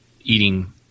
eating